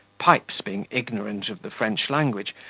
pipes being ignorant of the french language,